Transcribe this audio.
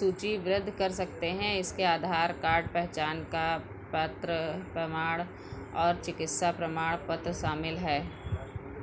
सूचीबद्ध कर सकते हैं इसके आधार कार्ड पहचान का पत्र प्रमाण और चिकित्सा प्रमाण पत्र शामिल है